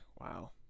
wow